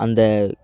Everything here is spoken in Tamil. அந்த